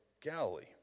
Galilee